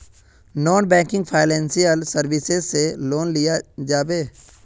Non banking financial services से loan लिया जाबे?